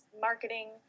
marketing